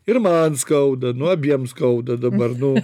ir man skauda nu abiem skauda dabar nu